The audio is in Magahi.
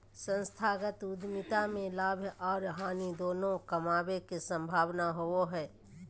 संस्थागत उद्यमिता में लाभ आर हानि दोनों कमाबे के संभावना होबो हय